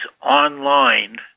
online